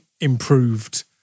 improved